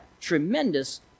tremendous